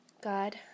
God